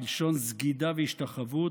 מלשון סגידה והשתחוות,